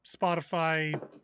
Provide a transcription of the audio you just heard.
Spotify